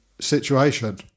situation